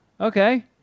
Okay